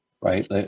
right